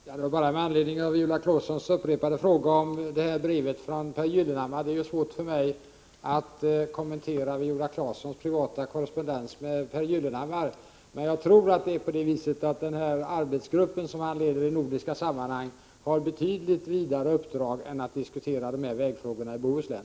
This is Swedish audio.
Herr talman! Jag vill bara med anledning av Viola Claessons upprepade fråga om brevet från Pehr Gyllenhammar säga att det är svårt för mig att kommentera Viola Claessons privata korrespondens med Pehr Gyllenhammar. Jag tror dock att det är så att den nordiska arbetsgrupp som han leder har betydligt vidare uppdrag än att diskutera dessa vägfrågor i Bohuslän.